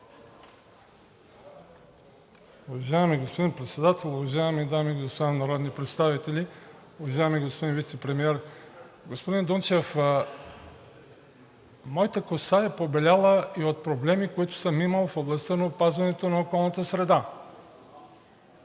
Уважаеми господин Председател, уважаеми дами и господа народни представители, уважаеми господин Вицепремиер! Господин Дунчев, моята коса е побеляла и от проблеми, които съм имал в областта на опазването на околната среда.